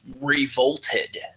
revolted